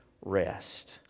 rest